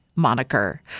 Moniker